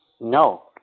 No